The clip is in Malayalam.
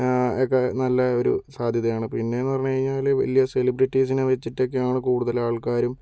ഇപ്പോൾ നല്ലൊരു സാധ്യതയാണ് പിന്നെയെന്ന് പറഞ്ഞു കഴിഞ്ഞാൽ വലിയ സെലിബ്രറ്റീസിനെ വച്ചിട്ടൊക്കെയാണ് കൂടുതലാൾക്കാരും